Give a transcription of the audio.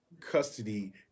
custody